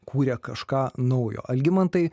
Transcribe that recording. kūrė kažką naujo algimantai